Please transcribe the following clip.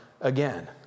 again